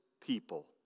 people